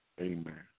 Amen